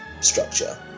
structure